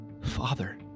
father